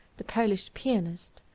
the polish pianist.